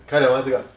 开了 mah 这个